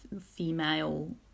female